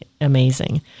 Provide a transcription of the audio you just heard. amazing